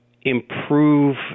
improve